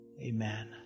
Amen